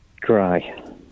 Cry